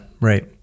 right